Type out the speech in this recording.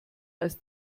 als